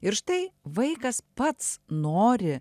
ir štai vaikas pats nori